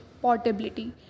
portability